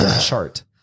chart